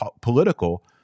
political